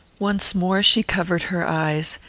once more she covered her eyes,